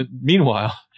Meanwhile